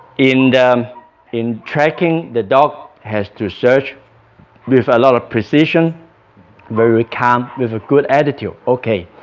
in in tracking the dog has to search with a lot of precision very calm with a good attitude, okay.